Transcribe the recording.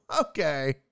okay